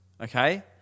Okay